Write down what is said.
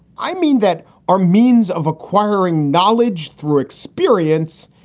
i mean that our means of acquiring. knowledge through experience,